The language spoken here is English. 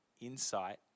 insight